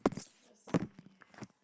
let's see